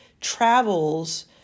travels